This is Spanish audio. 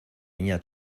niña